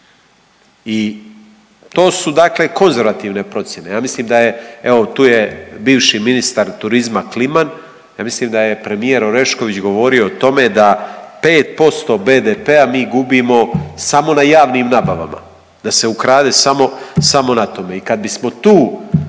I to su dakle konzervativne procjene. Ja mislim da je, evo tu je bivši ministar turizma Kliman. Ja mislim da je premijer Orešković govorio o tome da 5 posto BDP-a mi gubimo samo na javnim nabavama, da se ukrade samo na tome. I kad bismo tu,